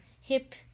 hip